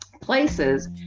places